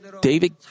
David